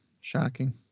Shocking